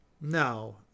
no